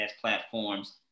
platforms